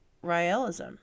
realism